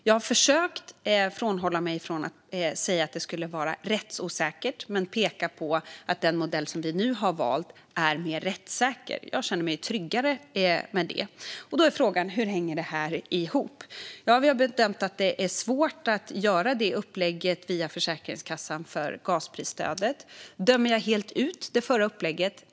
Jag har försökt avhålla mig från att säga att den skulle vara rättsosäker och i stället peka på att den modell vi nu har valt är mer rättssäker. Jag känner mig tryggare med det. Då är frågan hur det här hänger ihop. Bedömningen är att det är svårt att göra ett upplägg via Försäkringskassan för gasprisstödet. Dömer jag helt ut det förra upplägget?